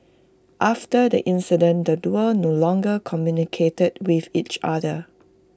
after the incident the duo no longer communicated with each other